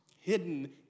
hidden